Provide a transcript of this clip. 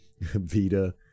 Vita